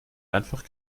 einfach